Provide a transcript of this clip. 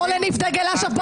דגל אש"ף.